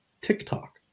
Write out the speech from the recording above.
TikTok